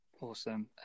Awesome